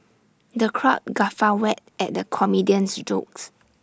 the crowd guffawed at the comedian's jokes